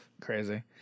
Crazy